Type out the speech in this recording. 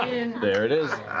there it is.